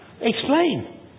explain